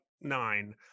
nine